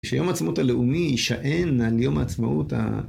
שיום העצמאות הלאומי ישען על יום העצמאות ה...